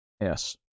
yes